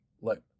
look